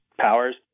powers